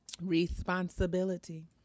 responsibility